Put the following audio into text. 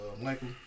Michael